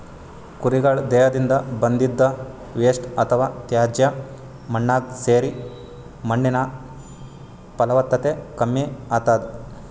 ಕುರಿಗಳ್ ದೇಹದಿಂದ್ ಬಂದಿದ್ದ್ ವೇಸ್ಟ್ ಅಥವಾ ತ್ಯಾಜ್ಯ ಮಣ್ಣಾಗ್ ಸೇರಿ ಮಣ್ಣಿನ್ ಫಲವತ್ತತೆ ಕಮ್ಮಿ ಆತದ್